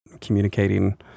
communicating